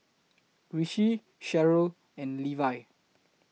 Rishi Cheryll and Levi